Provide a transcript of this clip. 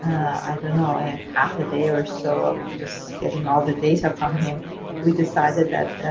i don't know, ah half a day or so of just getting all the data from him we decided that